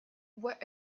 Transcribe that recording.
were